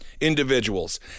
individuals